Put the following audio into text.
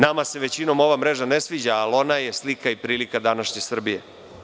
Nama se većinom ova mreža ne sviđa, ali ona je slika i prilika današnje Srbije.